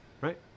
Right